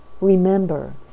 Remember